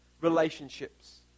relationships